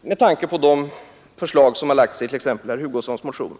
med tanke på de förslag som har framlagts i t.ex. herr Hugossons motion.